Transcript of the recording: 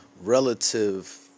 relative